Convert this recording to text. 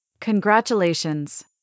Congratulations